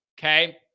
Okay